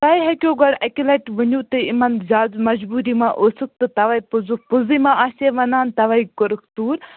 تۄہِہ ہیٚکِو گۄڑٕ اَکہِ لَٹہِ ؤنِو تُہۍ یِمن زیادٕ مجبوٗری ما ٲسٕکھ تہٕ تَوےٛ پوزٕے پوزٕے ما آسِہے ونان تواےٛ کٔرٕکھ ژوٗر